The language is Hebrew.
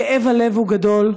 כאב הלב הוא גדול.